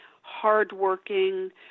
hardworking